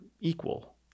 equal